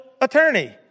attorney